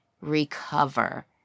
recover